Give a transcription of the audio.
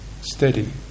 steady